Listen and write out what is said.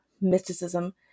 mysticism